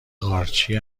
قارچی